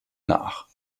nach